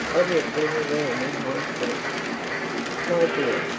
odious little room in high street my dear,